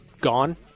gone